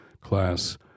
class